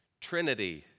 Trinity